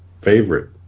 favorite